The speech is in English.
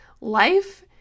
Life